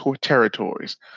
territories